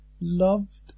loved